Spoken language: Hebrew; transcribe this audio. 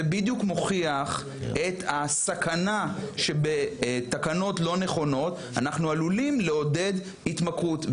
זה בדיוק מוכיח את הסכנה שבתקנות לא נכונות אנחנו עלולים לעודד התמכרות,